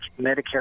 Medicare